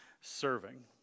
serving